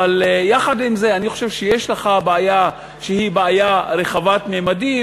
אבל יחד עם זה אני חושב שכשיש לך בעיה שהיא בעיה רחבת ממדים,